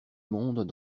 monde